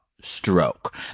stroke